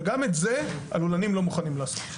וגם את זה הלולנים לא מוכנים לעשות.